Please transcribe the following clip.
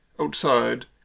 Outside